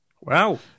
Wow